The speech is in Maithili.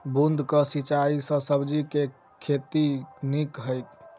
बूंद कऽ सिंचाई सँ सब्जी केँ के खेती नीक हेतइ?